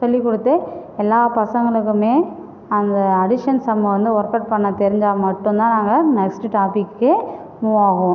சொல்லிக் கொடுத்து எல்லா பசங்களுக்கும் அந்த அடிஷன் சம்மை வந்து ஒர்க்கவுட் பண்ணத் தெரிஞ்சால் மட்டுந்தான் நாங்கள் நெக்ஸ்ட்டு டாப்பிக்கே மூவ் ஆவோம்